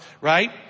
right